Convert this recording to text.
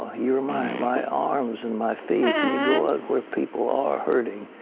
ah you are my my arms and my feet. you go out where people are hurting.